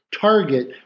target